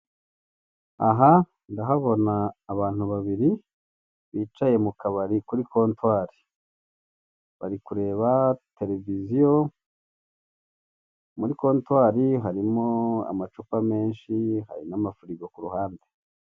Aha ngahabona abantu babiri, bicaye mu kabari kuri kontwari. Bari kureba televiziyo, muri kontwari harimo amacupa menshi, hari n'amafirigo ku ruhande.